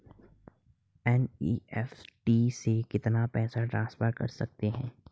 NEFT से कितना पैसा ट्रांसफर कर सकते हैं?